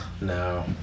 No